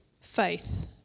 faith